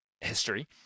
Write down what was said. history